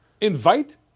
Invite